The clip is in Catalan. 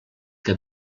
que